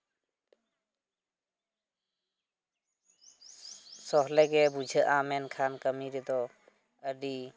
ᱥᱚᱦᱞᱮ ᱜᱮ ᱵᱩᱡᱷᱟᱹᱜᱼᱟ ᱢᱮᱱᱠᱷᱟᱱ ᱠᱟᱹᱢᱤ ᱨᱮᱫᱚ ᱟᱹᱰᱤ